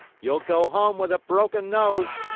you'll go home with a broken nose!